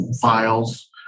files